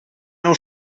nou